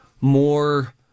more